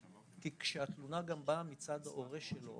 כי כשהתלונה גם באה מצד הורה שלו,